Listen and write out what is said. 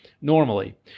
normally